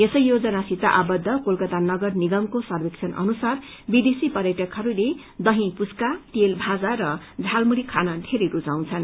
यसै योजनासित आवद्व कोलकता नगरनिगमको सर्वेक्षण अनुसार विदेशी पर्यटकहस्ले दही पुच्का तेल भाजा र झालमुरी खान बेरै रूचाउँछन्